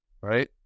right